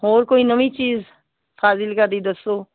ਹੋਰ ਕੋਈ ਨਵੀਂ ਚੀਜ਼ ਫਾਜ਼ਿਲਕਾ ਦੀ ਦੱਸੋ